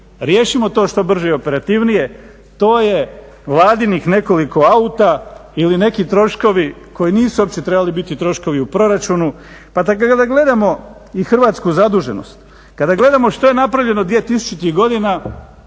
riješimo to što brže i operativnije, to je vladinih nekoliko auta ili neki troškovi koji nisu uopće trebali biti troškovi u proračunu. Pa kada gledamo i hrvatsku zaduženost, kada gledamo što je napravljeno 2000. godina